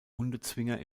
hundezwinger